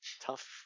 Tough